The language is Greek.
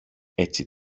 έτσι